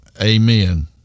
Amen